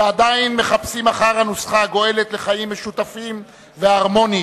ועדיין מחפשים אחר הנוסחה הגואלת לחיים משותפים והרמוניים.